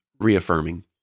reaffirming